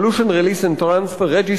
Pollution Release and Transfer Registers,